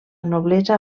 noblesa